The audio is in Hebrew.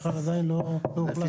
עדיין לא הוחלט.